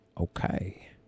Okay